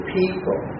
people